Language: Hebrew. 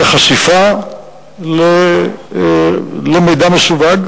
את החשיפה למידע מסווג,